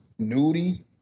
Nudie